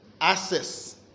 access